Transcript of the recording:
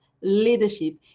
leadership